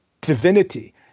divinity